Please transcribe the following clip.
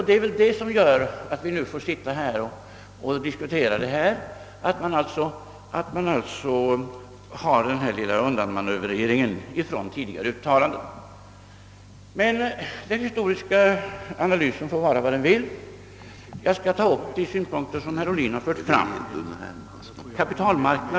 Det är alltså den lilla undanmanövreringen från tidigare uttalanden, som gör att vi nu får stanna kvar här och diskutera. Den historiska analysen får emellertid vara vad den vill. Jag skall ta upp de synpunkter som herr Ohlin har fört fram.